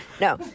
No